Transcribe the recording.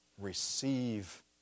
receive